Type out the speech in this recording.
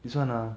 this one ah